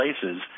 places